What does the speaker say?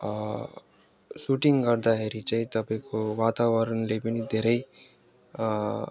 shooting गर्दाखेरि चाहिँ तपाईँको वातावरणले पनि धेरै